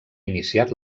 iniciat